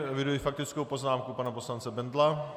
Eviduji faktickou poznámku pana poslance Bendla.